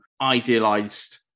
idealized